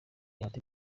bahati